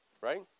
right